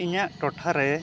ᱤᱧᱟᱹᱜ ᱴᱚᱴᱷᱟᱨᱮ